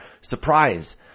surprise